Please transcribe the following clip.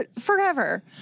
Forever